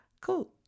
Cool